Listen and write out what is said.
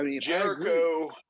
jericho